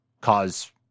cause